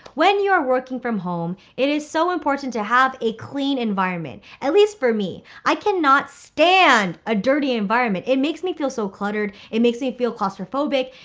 when you're working from home it is so important to have a clean environment, at least for me. i cannot stand a dirty environment. it makes me feel so cluttered. it makes me feel claustrophobic.